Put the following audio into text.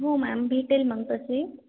हो मॅम भेटेल मग तसही